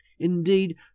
Indeed